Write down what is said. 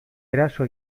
eraso